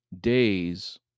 days